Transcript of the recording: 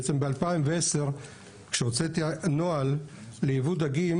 בעצם ב-2010 כשהוצאתי נוהל לייבוא דגים,